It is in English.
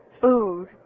food